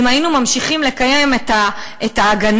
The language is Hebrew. אם היינו ממשיכים לקיים את "ההגנה",